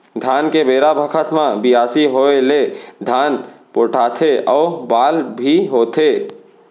धान के बेरा बखत म बियासी होय ले धान पोठाथे अउ बाल भी होथे